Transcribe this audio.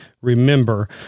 remember